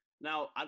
now